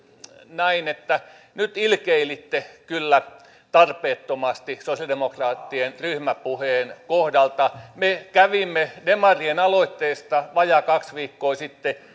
näin että nyt ilkeilitte tarpeettomasti sosialidemokraattien ryhmäpuheen kohdalla me kävimme demarien aloitteesta vajaat kaksi viikkoa sitten